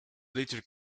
later